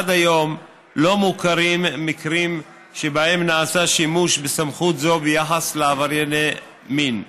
עד היום לא מוכרים מקרים שבהם נעשה שימוש בסמכות זו ביחס לעברייני מין.